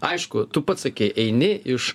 aišku tu pats sakei eini iš